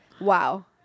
wow